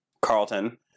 carlton